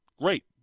great